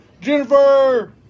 Jennifer